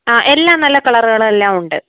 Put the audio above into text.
ആ എല്ലാം നല്ല കളറുകളും എല്ലാം ഉണ്ട്